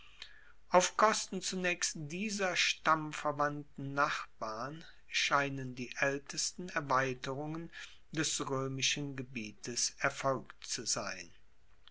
auf kosten zunaechst dieser stammverwandten nachbarn scheinen die aeltesten erweiterungen des roemischen gebietes erfolgt zu sein